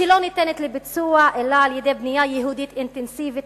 שלא ניתנת לביצוע אלא על-ידי בנייה יהודית אינטנסיבית,